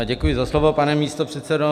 Děkuji za slovo, pane místopředsedo.